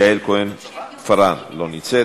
יעל כהן-פארן, לא נמצאת,